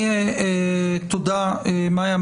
תודה, מאיה.